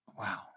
wow